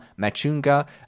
Machunga